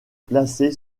placée